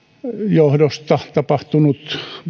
johdosta tapahtunut